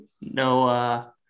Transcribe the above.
No –